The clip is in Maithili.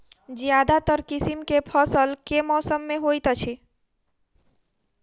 ज्यादातर किसिम केँ फसल केँ मौसम मे होइत अछि?